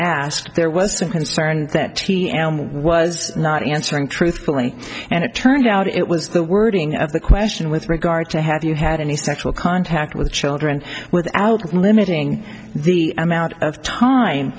asked there was some concern that t m was not answering truthfully and it turned out it was the wording of the question with regard to have you had any sexual contact with children without limiting the amount of time